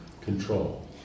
Control